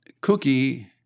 Cookie